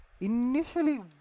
Initially